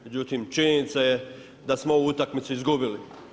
Međutim, činjenica je da smo ovu utakmicu izgubili.